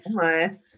Hi